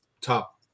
top